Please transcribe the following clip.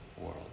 world